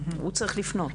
הוא צריך לפנות.